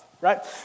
right